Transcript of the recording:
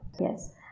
Yes